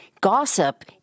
gossip